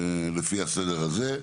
לפי הסדר הזה.